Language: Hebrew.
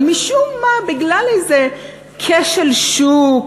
אבל משום מה, בגלל איזה כשל שוק,